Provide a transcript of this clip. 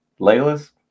Layla's